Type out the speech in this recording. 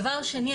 דבר שני,